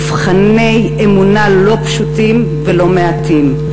מבחני אמונה לא פשוטים ולא מעטים,